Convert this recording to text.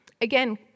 again